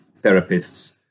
therapists